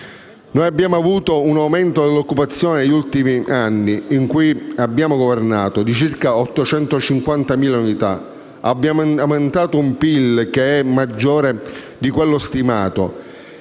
Noi abbiamo avuto un aumento dell'occupazione, negli anni in cui abbiamo governato, di circa 850.000 unità. Abbiamo un aumento del PIL che è maggiore di quello stimato.